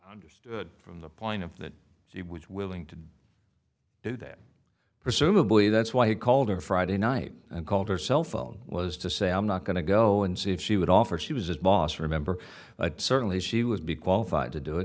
understood from the point of that she was willing to do that presumably that's why he called her friday night and called her cell phone was to say i'm not going to go and see if she would offer she was his boss remember certainly she would be qualified to do it